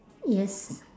yes